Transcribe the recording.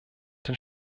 den